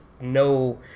no